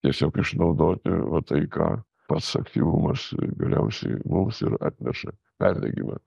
tiesiog išnaudoti va tai ką pats aktyvumas galiausiai mums ir atneša perdegimą